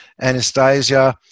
Anastasia